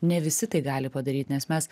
ne visi tai gali padaryt nes mes